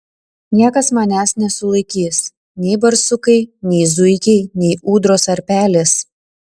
niekas manęs nesulaikys nei barsukai nei zuikiai nei ūdros ar pelės